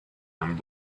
and